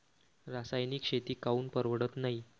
रासायनिक शेती काऊन परवडत नाई?